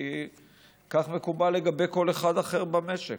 כי כך מקובל לגבי כל אחד אחר במשק.